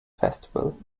festival